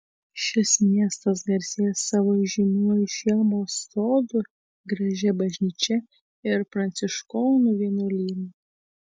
šis miestas garsėja savo žymiuoju žiemos sodu gražia bažnyčia ir pranciškonų vienuolynu